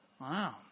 Wow